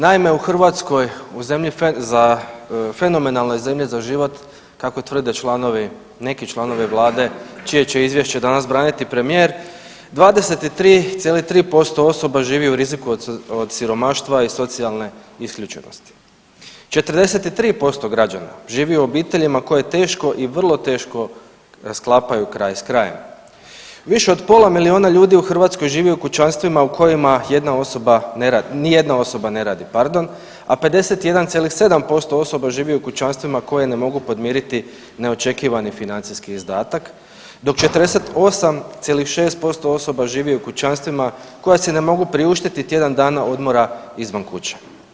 Naime, u Hrvatskoj u fenomenalnoj zemlji za život kako tvrde neki članovi vlade čije će izvješće danas braniti premijer, 23,3% osoba živi u riziku od siromaštva i socijalne isključenosti, 43% građana živi u obiteljima koje teško i vrlo teško sklapaju kraj s krajem, više od pola milijuna ljudi u Hrvatskoj živi u kućanstvima u kojima nijedna osoba ne radi, a 51,7% osoba živi u kućanstvima koje ne mogu podmiriti neočekivani financijski izdatak, dok 48,6% osoba živi u kućanstvima koja si ne mogu priuštiti tjedan dana odmora izvan kuće.